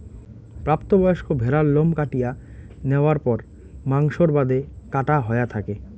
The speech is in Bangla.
প্রাপ্ত বয়স্ক ভ্যাড়ার লোম কাটিয়া ন্যাওয়ার পর মাংসর বাদে কাটা হয়া থাকে